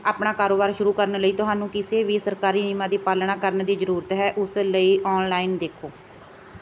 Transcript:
ਆਪਣਾ ਕਾਰੋਬਾਰ ਸ਼ੁਰੂ ਕਰਨ ਲਈ ਤੁਹਾਨੂੰ ਕਿਸੇ ਵੀ ਸਰਕਾਰੀ ਨਿਯਮਾਂ ਦੀ ਪਾਲਣਾ ਕਰਨ ਦੀ ਜ਼ਰੂਰਤ ਹੈ ਉਸ ਲਈ ਔਨਲਾਈਨ ਦੇਖੋ